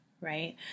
right